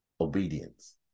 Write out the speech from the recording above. obedience